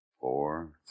Four